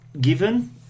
given